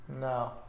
No